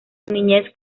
niñez